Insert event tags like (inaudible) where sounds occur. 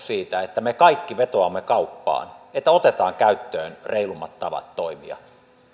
(unintelligible) siitä että me kaikki vetoamme kauppaan että otetaan käyttöön reilummat tavat toimia